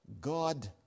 God